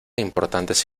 importantes